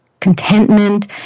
contentment